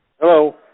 Hello